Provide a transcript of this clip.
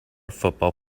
football